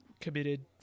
committed